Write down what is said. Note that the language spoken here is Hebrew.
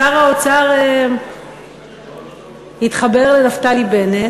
שר האוצר התחבר לנפתלי בנט,